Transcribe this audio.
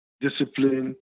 discipline